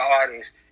artists